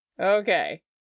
Okay